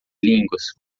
línguas